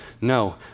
no